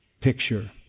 Picture